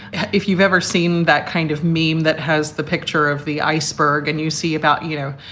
if you've ever seen that kind of meme that has the picture of the iceberg and you see about, you know,